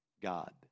God